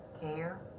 care